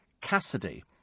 Cassidy